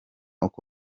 uko